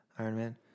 Ironman